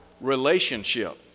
relationship